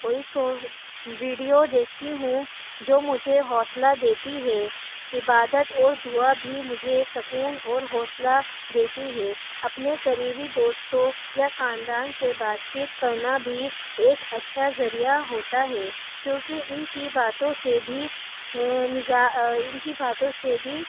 کوئی سو ویڈیو دیکھتی ہوں جو مجھے حوصلہ دیتی ہے عبادت اور دعا بھی مجھے سکون اور حوصلہ دیتی ہے اپنے قریبی دوستوں یا خاندان سے بات چیت کرنا بھی ایک اچھا ذریعہ ہوتا ہے کیونکہ ان کی باتوں سے بھی ان کی باتوں سے بھی